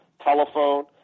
telephone